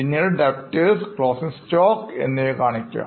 പിന്നീട് Debtors Closing stock എന്നിവ കാണിക്കുക